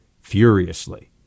furiously